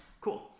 Cool